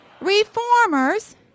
reformers